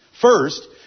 First